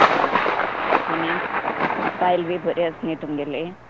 आनीक बायल बी बरीं आसा न्ही तुमगेली